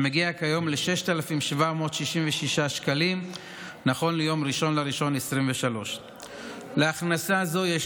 המגיע כיום ל-6,766 שקלים נכון ליום 1 בינואר 2023. להכנסה הזו יש